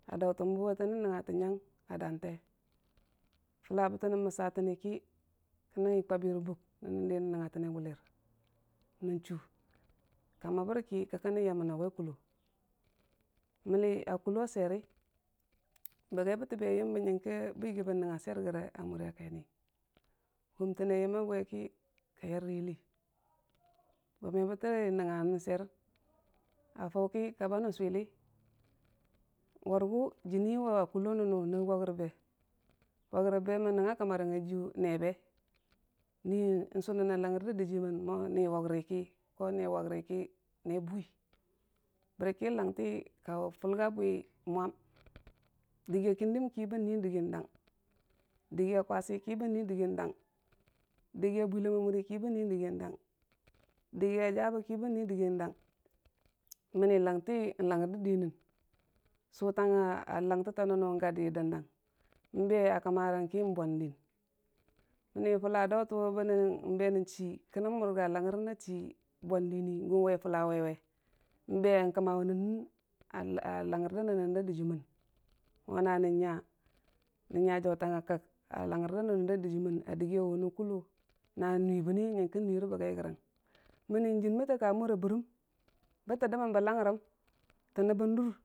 A dauton bu we tənən nəngnga tə nən nya a dənke fulla bətən nən məsatənni ki kənən kwabi rə buknən nəngnga tənne gʊtər nən chʊ ka məbərga kənən yamonu wai kʊlo mənni a kulo sweri bəgai bənti bi a yombe nyəngki bo yəggi bən nəngnga swergəra mura gaini yəng wumtə ne yəmma beke ke yar ro yɨli go mebətə nəngnga nən swer hən a fau ki ka bənən swili wari gʊ-jənni wa gʊlo nən nʊ nən waukrəm wauk rəbe mən nəng nga kəmmarang ajiiyu n'neebe nui sʊnən na langngər da dəjɨɨm ma waukriki nee bʊwi bərki langtii ka fulla ga wi mwan dəgi ya kindim ki bən nui dəggi dang dəggiya kwasi ki bənnui dəggin dang dəggi ya bwilam a muriki bən nui dəggin dang, dəggi ya jabeke bən nur dəggin dang mənni langtihii hangngər dənnən sʊ tngngazanstəta nʊnu ga də dəndang, n'be a kəmmarang ki n'bwon dən mənni fulla a daurən wʊ kən be nən chi kənən murga hangngər a chi bwo dənni kən wai fulla waie n'be kəməvenən nəng a hangngər da nən nən daa dəjɨɨmmən mo na nən nya jautang nga kak a langngər da nən da dəjɨɨmmən dəggi ya wune kʊlə na nui bənne yəngkə nui bə gai gəri m,ənni jən bətə ka mura bərəm bə to dəmmən bə hangngərəm tə nəmbən dur.